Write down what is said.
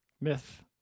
myth